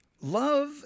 Love